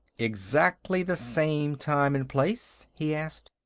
exactly the same time and place? he asked.